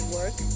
work